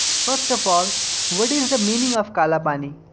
first of all what is the meaning of kala pani,